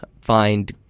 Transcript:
find